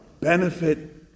benefit